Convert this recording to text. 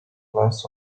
class